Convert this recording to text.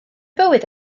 bywyd